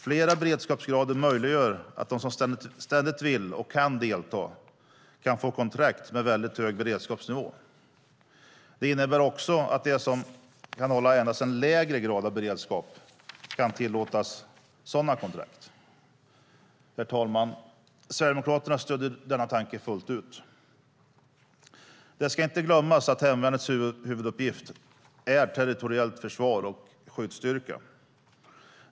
Flera beredskapsgrader möjliggör att de som ständigt vill och kan delta kan få kontrakt med väldigt hög beredskapsnivå. Det innebär också att de som kan hålla endast en lägre grad av beredskap kan tillåtas sådana kontrakt. Herr talman! Sverigedemokraterna stöder denna tanke fullt ut. Det som inte ska glömmas är hemvärnets huvuduppgift i form av territoriellt försvar och skyddsstyrka.